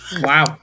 Wow